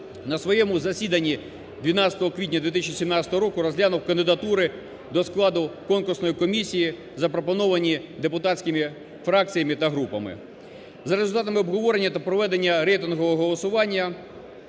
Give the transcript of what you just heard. на своєму засіданні 12 квітня 2017 року розглянув кандидатури до складу конкурсної комісії, запропоновані депутатськими фракціями та групами. За результатами обговорення та проведення рейтингового голосування